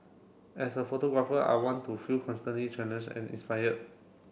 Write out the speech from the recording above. as a photographer I want to feel constantly challenged and inspired